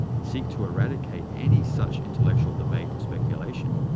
seek to eradicate any such intellectual debate or speculation,